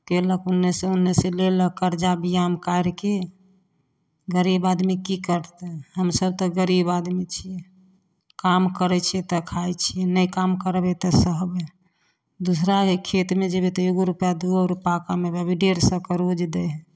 कएलक ओन्नेसे ओन्नेसे लेलक करजा बिआन काढ़िके गरीब आदमी कि करतै हमसभ तऽ गरीब आदमी छिए काम करै छिए तऽ खाइ छिए नहि काम करबै तऽ सहबै दोसराके खेतमे जेबै तऽ एगो रुपा दुइओ रुपा कमेबै अभी डेढ़ सओके रोज दइ हइ